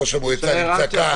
ראש המועצה נמצא כאן,